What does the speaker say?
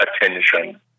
attention